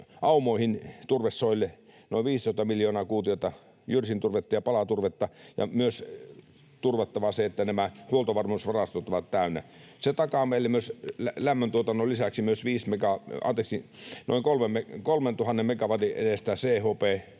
aumoihin turvesoille noin 15 miljoonaa kuutiota jyrsinturvetta ja palaturvetta ja myös turvattava se, että nämä huoltovarmuusvarastot ovat täynnä. Se takaa meille lämmöntuotannon lisäksi myös noin 3 000 megawatin edestä CHP-sähköä, mikä